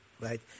Right